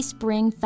Spring